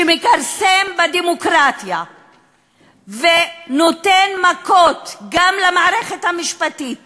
שמכרסם בדמוקרטיה ונותן מכות גם למערכת המשפטית